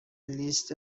لیست